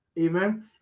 amen